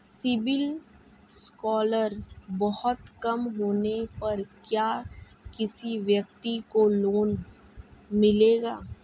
CIBIL score बहुत कम होने पर क्या किसी व्यक्ति को लोंन मिलेगा?